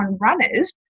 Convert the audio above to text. runners